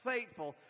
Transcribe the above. Faithful